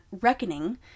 reckoning